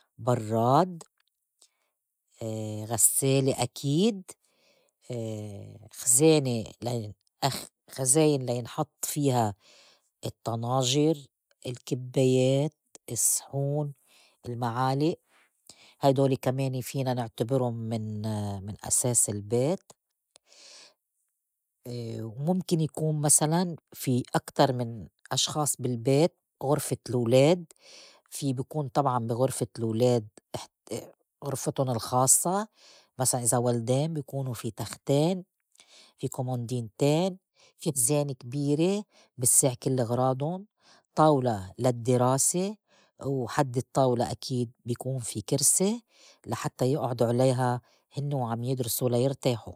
برّاد، غسّالة أكيد، خزانة لا ي أخ خزاين لينحط فيها الطناجر، الكبّايات، الصحون، المعالق هيدول كمان فينا نعتبرن من من أساس البيت. ومُمكن يكون مسلاً في أكتر من أشخاص بالبيت غُرفة الولاد في بكون طبعاً بغُرفة ألولاد إحت غرفتن الخاصّة مسلاً إذا ولْدين بي كونوا في تختين، في كمودينتين، في خزانة كبيرة بتساع كل اغراضن، طاولة للدّراسة وحد الطّاولة أكيد بيكون في كرسي لحتّى يئعدوا عليها هنّ وعم يدرسوا ليرتاحوا.